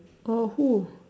oh who